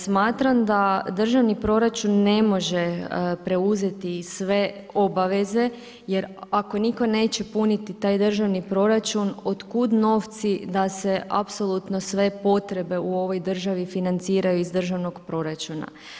Smatram da državni proračun ne može preuzeti sve obaveze jer ako nitko neće puniti taj državni proračun, otkud novci da se apsolutno sve potrebe u ovoj državi financiraju iz državnog proračuna?